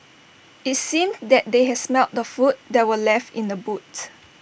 IT seemed that they had smelt the food that were left in the boots